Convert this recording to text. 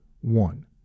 one